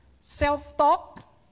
self-talk